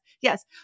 yes